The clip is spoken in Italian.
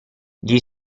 gli